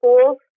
schools